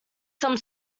some